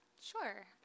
Sure